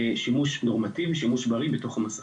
שימוש נורמטיבי ושימוש בריא בתוך המסכים.